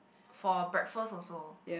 for breakfast also